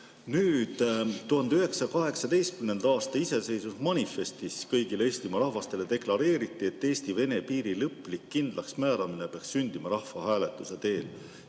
Nüüd, 1918. aasta iseseisvusmanifestis kõigile Eestimaa rahvastele deklareeriti, et Eesti-Vene piiri lõplik kindlaksmääramine peaks sündima rahvahääletuse teel.